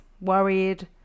worried